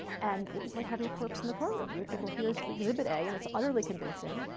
and it was like having corpse in the courtroom. you would think, well, here is exhibit a, and it's utterly convincing,